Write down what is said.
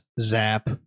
zap